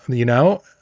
you know,